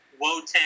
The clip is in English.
Wotan